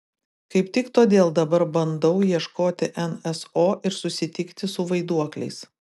kaip tik todėl dabar bandau ieškoti nso ir susitikti su vaiduokliais